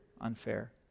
unfair